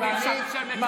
פוגענית,